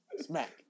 smack